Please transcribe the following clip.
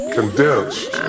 condensed